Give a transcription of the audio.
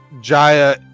Jaya